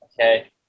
okay